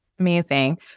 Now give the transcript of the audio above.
Amazing